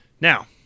Now